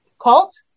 Cult